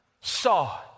saw